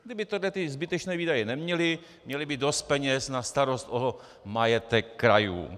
Kdyby tyhle zbytečné výdaje neměli, měli by dost peněz na starost o majetek krajů.